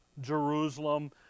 Jerusalem